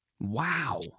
wow